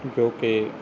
ਜੋ ਕਿ